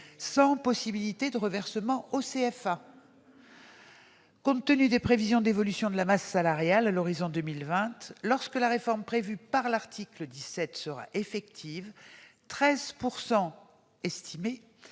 sans possibilité de reversement aux CFA. Compte tenu des prévisions d'évolution de la masse salariale, à horizon de 2020, lorsque la réforme prévue par l'article 17 sera effective, quelque